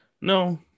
No